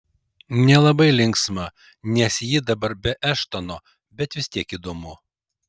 nelabai linksma nes ji dabar be eštono bet vis tiek įdomu